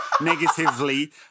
negatively